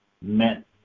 meant